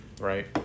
right